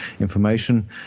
information